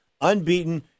unbeaten